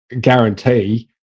guarantee